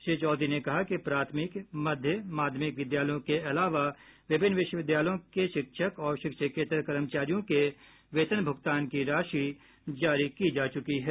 श्री चौधरी ने कहा कि प्राथमिक मध्य माध्यमिक विद्यालयों के अलावा विभिन्न विश्वविद्यालयों के शिक्षक और शिक्षकेत्तर कर्मचारियों के वेतन भुगतान की राशि जारी की जा चुकी है